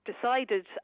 decided